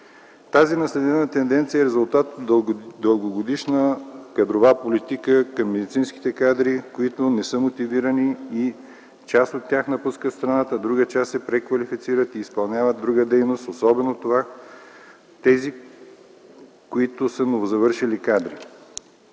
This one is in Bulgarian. Тази наследена тенденция е резултат от дългогодишна кадрова политика към медицинските кадри, които не са мотивирани. Затова част от тях напускат страната, а друга част се преквалифицират и изпълняват друга дейност, особено тези, които са новозавършили кадри.